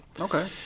Okay